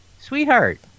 sweetheart